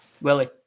Willie